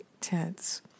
tense